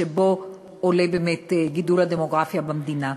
שבו עולה באמת גידול הדמוגרפיה במדינה.